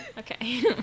Okay